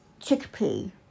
chickpea